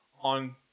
on